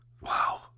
Wow